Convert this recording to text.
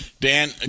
Dan